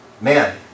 man